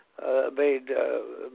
Made